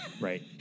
Right